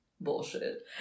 bullshit